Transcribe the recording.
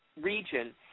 region